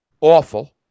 awful